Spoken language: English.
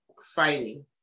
fighting